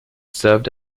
served